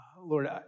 Lord